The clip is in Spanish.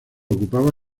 ocupaba